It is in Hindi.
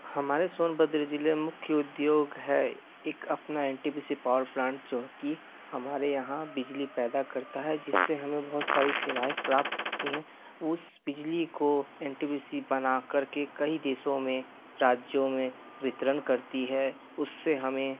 हमारे सोनभद्र ज़िले में मुख्य उद्दोग है एक अपना एनटीपीसी पावर प्लांट जो कि हमारे यहाँ बिजली पैदा करता है जिससे हमें बहुत सारी सेवाएँ प्राप्त होती हैं उस बिजली को एनटीपीसी बनाकर के कई देशों में राज्यों में वितरण करती है उससे हमें